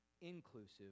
inclusive